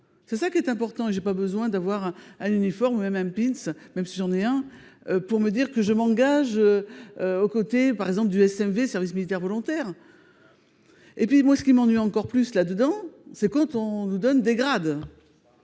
c'est ça qui est important et j'ai pas besoin d'avoir un uniforme même. Même si j'en ai un. Pour me dire que je m'engage. Aux côtés par exemple du SMV service militaire volontaire. Et puis moi ce qui m'ennuie encore plus là-dedans, c'est quand on nous donne. Moi les grades.